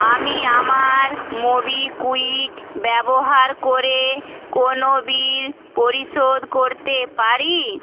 আমি আমার মোবিকুইক ব্যবহার করে কোনও বিল পরিশোধ করতে পারি